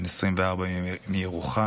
בן 24 מירוחם,